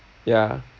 ya